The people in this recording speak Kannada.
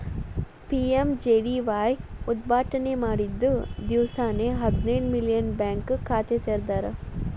ಪಿ.ಎಂ.ಜೆ.ಡಿ.ವಾಯ್ ಉದ್ಘಾಟನೆ ಮಾಡಿದ್ದ ದಿವ್ಸಾನೆ ಹದಿನೈದು ಮಿಲಿಯನ್ ಬ್ಯಾಂಕ್ ಖಾತೆ ತೆರದಾರ್